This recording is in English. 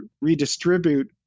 redistribute